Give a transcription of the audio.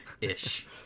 Ish